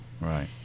right